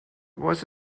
was